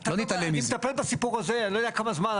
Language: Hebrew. אני מטפל בסיפור הזה, אני לא יודע כמה זמן.